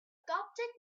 coptic